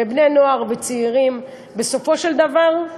בני-נוער וצעירים, בסופו של דבר,